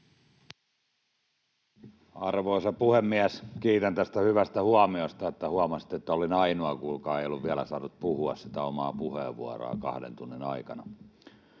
Arvoisa puhemies! Kiitän tästä hyvästä huomiosta, että huomasitte, että olin ainoa, joka ei ollut vielä saanut puhua omaa puheenvuoroaan kahden tunnin aikana.